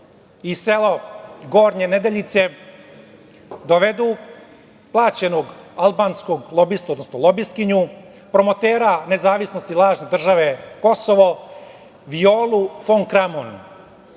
i selo Gornje Nedeljice dovedu plaćenog albanskog lobistu, odnosno lobistkinju, promotera nezavisnosti lažne države Kosovo, Violu fon Kramon.